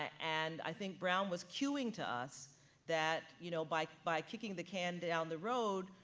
and i think brown was queuing to us that, you know, by by kicking the can down the road,